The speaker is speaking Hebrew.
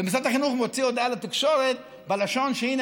ומשרד החינוך מוציא הודעה לתקשורת בלשון שהינה,